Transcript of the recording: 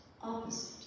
opposite